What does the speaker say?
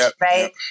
Right